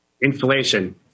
Inflation